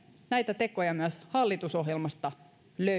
näitä tekoja myös hallitusohjelmasta löytyy